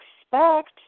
expect